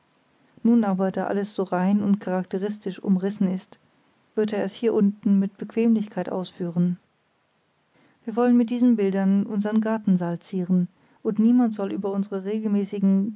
nun aber da alles so rein und charakteristisch umrissen ist wird er es hier unten mit bequemlichkeit ausführen wir wollen mit diesen bildern unsern gartensaal zieren und niemand soll über unsere regelmäßigen